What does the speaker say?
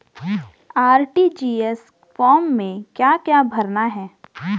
RTGS form में क्या क्या भरना है?